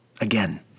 Again